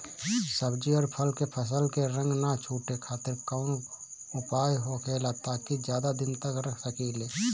सब्जी और फल के फसल के रंग न छुटे खातिर काउन उपाय होखेला ताकि ज्यादा दिन तक रख सकिले?